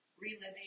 reliving